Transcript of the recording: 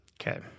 Okay